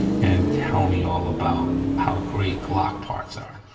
and tell me all about how great glock parts are.